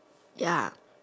ya